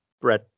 bread